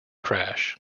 crash